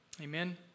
Amen